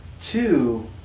two